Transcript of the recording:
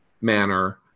manner